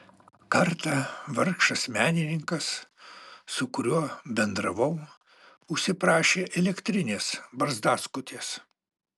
kartą vargšas menininkas su kuriuo bendravau užsiprašė elektrinės barzdaskutės